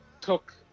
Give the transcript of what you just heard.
took